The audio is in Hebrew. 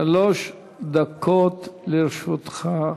שלוש דקות לרשותך.